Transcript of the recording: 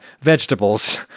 vegetables